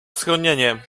schronienie